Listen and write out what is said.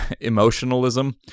emotionalism